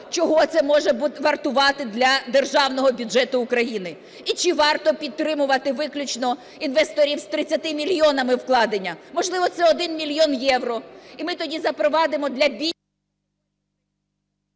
чого це може вартувати для Державного бюджету України і чи варто підтримувати виключно інвесторів з 30 мільйонами вкладення – можливо, це 1 мільйон євро. І ми тоді запровадимо для...